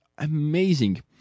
Amazing